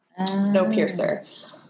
Snowpiercer